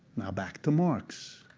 now back to marx.